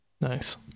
Nice